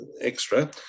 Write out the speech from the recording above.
Extra